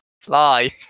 fly